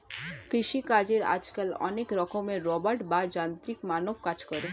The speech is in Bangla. কৃষি চাষে আজকাল অনেক রকমের রোবট বা যান্ত্রিক মানব কাজ করে